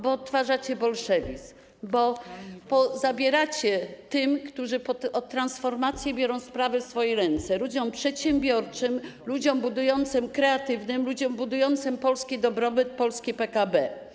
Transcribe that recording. Bo odtwarzacie bolszewizm, bo zabieracie tym, którzy od transformacji biorą sprawy w swoje ręce, ludziom przedsiębiorczym, ludziom kreatywnym, ludziom budującym polski dobrobyt, polskie PKB.